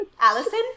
Allison